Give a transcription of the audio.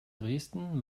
dresden